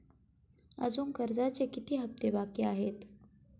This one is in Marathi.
अजुन कर्जाचे किती हप्ते बाकी आहेत?